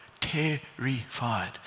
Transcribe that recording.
terrified